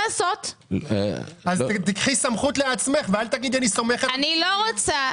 אז קחי סמכות לעצמך ואל תגידי שאת סומכת על אנשי המקצוע.